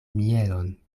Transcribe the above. mielon